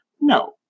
No